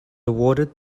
awarded